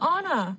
Anna